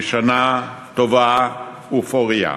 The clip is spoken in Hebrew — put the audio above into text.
בשנה טובה ופורייה.